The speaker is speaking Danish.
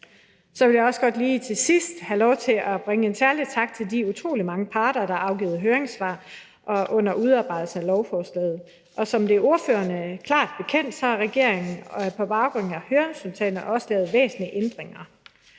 Så vil jeg også godt lige have lov til at bringe en særlig tak til de utrolig mange parter, der har afgivet høringssvar under udarbejdelsen af lovforslaget. Og som det er ordførerne bekendt, har regeringen på baggrund af høringssvarene også lavet væsentlige ændringer,